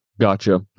Gotcha